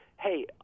hey